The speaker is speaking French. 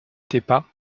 tepa